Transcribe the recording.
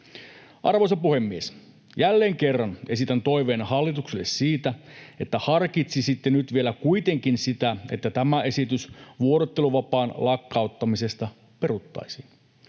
Arvoisa puhemies! Jälleen kerran esitän toiveen hallitukselle siitä, että harkitsisitte nyt vielä kuitenkin sitä, että tämä esitys vuorotteluvapaan lakkauttamisesta peruttaisiin.